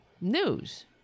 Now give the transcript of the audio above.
news